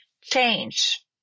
change